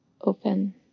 open